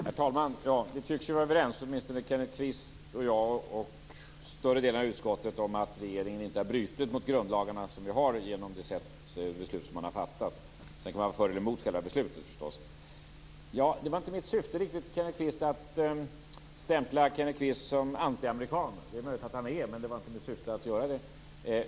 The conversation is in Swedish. Herr talman! Vi tycks vara överens, åtminstone Kenneth Kvist, jag och större delen av utskottet, om att regeringen inte har brutit mot de grundlagar som vi har genom de beslut som man har fattat. Sedan kan man förstås vara för eller emot själva beslutet. Det var inte riktigt mitt syfte att stämpla Kenneth Kvist som antiamerikan. Det är möjligt att han är det, men det var inte mitt syfte att göra det.